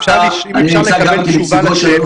אני נמצא גם כנציגו של אלוף פיקוד המרכז.